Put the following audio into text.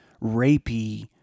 rapey